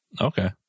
Okay